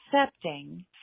accepting